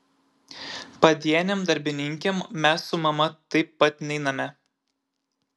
padienėm darbininkėm mes su mama taip pat neiname